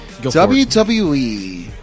WWE